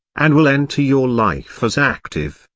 and will enter your life as active,